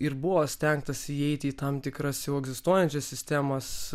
ir buvo stengtasi įeiti į tam tikras jau egzistuojančias sistemas